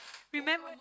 remember